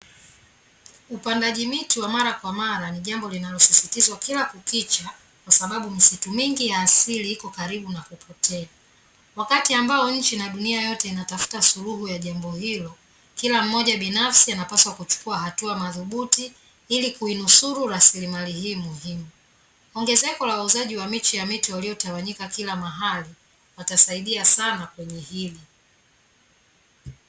Upandaji miti wa mara kwa mara ni jambo linalosisitizwa kila kukicha kwa sababu misitu mingi ya asili iko karibu na kupotea. Wakati ambao nchi na dunia yote inatafuta suluhu ya jambo hilo, kila mmoja binafsi anapaswa kuchukua hatua madhubuti ili kuinusuru rasilimali hii muhimu. Ongezeko la wauzaji wa miche ya miti waliotawanyika kila mahali, watasaidia sana kwenye hili.